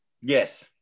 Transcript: Yes